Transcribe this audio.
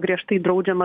griežtai draudžiama